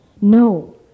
No